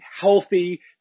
healthy